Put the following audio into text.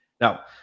Now